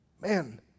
Man